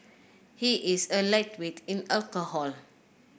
he is a lightweight in alcohol